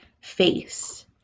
face